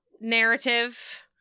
narrative